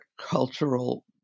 cultural